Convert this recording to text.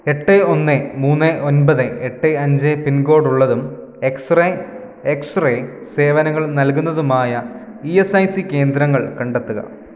എട്ട് ഒന്ന് മൂന്ന് ഒൻപത് എട്ട് അഞ്ച് പിൻകോഡുള്ളതും എക്സ്റേ എക്സ്റേ സേവനങ്ങൾ നൽകുന്നതുമായ ഇ എസ് ഐ സി കേന്ദ്രങ്ങൾ കണ്ടെത്തുക